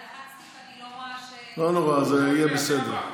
לחצתי, ואני לא רואה, לא נורא, זה יהיה בסדר.